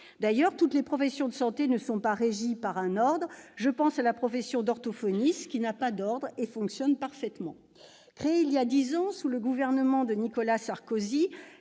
D'ailleurs, toutes les professions de santé ne sont pas régies par un ordre : je pense à la profession d'orthophoniste, qui n'a pas d'ordre et fonctionne parfaitement ! C'est vrai ! Créés voilà dix ans, sous le gouvernement de Nicolas Sarkozy,